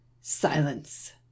silence